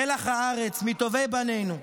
מלח הארץ, מטובי בנינו,